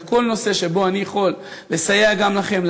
בכל נושא שבו אני יכול לסייע גם לכם,